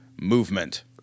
movement